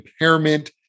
impairment